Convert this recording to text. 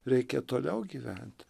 reikia toliau gyvent